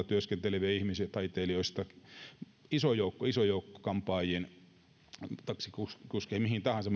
työskenteleviä ihmisiä taiteilijoista kampaajiin taksikuskeihin mihin tahansa